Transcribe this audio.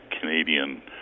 Canadian